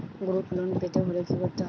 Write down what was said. Group loan পেতে হলে কি করতে হবে?